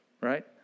Right